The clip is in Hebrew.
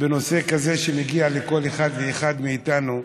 בנושא כזה שמגיע לכל אחד ואחד מאיתנו,